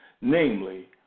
namely